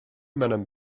madame